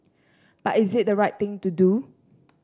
but is it the right thing to do